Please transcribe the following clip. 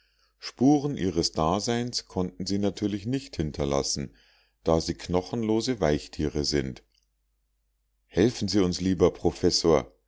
spuren ihres daseins konnten sie natürlich nicht hinterlassen da sie knochenlose weichtiere sind helfen sie uns lieber professor